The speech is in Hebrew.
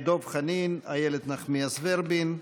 דב חנין, איילת נחמיאס ורבין,